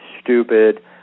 stupid